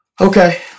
Okay